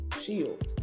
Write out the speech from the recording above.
shield